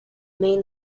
main